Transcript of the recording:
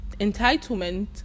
entitlement